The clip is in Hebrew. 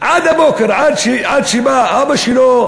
עד הבוקר, עד שבא אבא שלו,